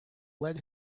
lead